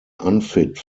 unfit